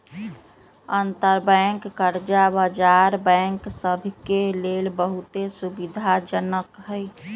अंतरबैंक कर्जा बजार बैंक सभ के लेल बहुते सुविधाजनक हइ